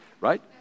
Right